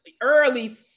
early